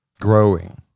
growing